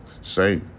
say